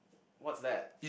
what's that